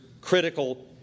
critical